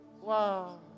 Wow